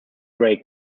grey